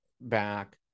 back